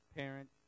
parent